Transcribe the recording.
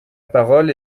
parole